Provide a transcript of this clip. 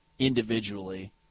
Individually